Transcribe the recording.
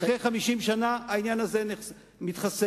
אחרי 50 שנה העניין הזה מתחסל.